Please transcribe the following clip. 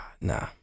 nah